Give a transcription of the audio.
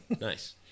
Nice